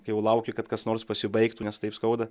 jau lauki kad kas nors pasibaigtų nes taip skauda